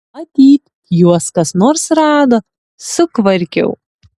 matyt juos kas nors rado sukvarkiau